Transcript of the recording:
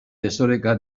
desoreka